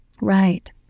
Right